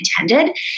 intended